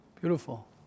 beautiful